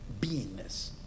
beingness